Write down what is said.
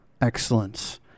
excellence